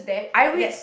I read